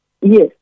Yes